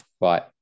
Right